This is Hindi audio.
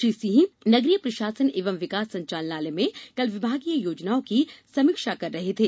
श्री सिंह नगरीय प्रशासन एवं विकास संचालनालय में कल विभागीय योजनाओं की समीक्षा कर रहे थे